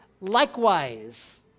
likewise